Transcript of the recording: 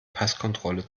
passkontrolle